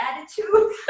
attitude